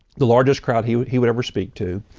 the largest crowd he would he would ever speak to,